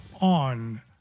on